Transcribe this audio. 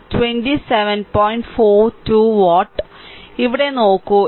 42 watt ഇവിടെ നോക്കൂ ഇത് 27